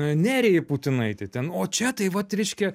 nerijai putinaitei ten o čia tai vat reiškia